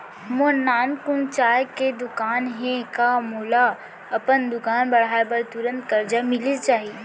मोर नानकुन चाय के दुकान हे का मोला अपन दुकान बढ़ाये बर तुरंत करजा मिलिस जाही?